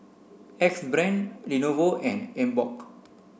Axe Brand Lenovo and Emborg